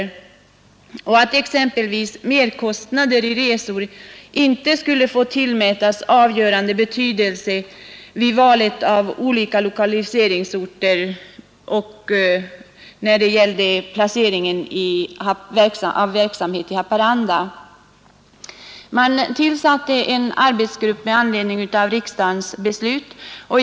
Sålunda skulle exempelvis merkostnader för resor inte få tillmätas avgörande betydelse vid valet av olika lokaliseringsorter eller vid placeringen av verksamhet i Haparanda. Med anledning av riksdagens beslut tillsattes en arbetsgrupp.